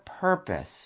purpose